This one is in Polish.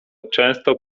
często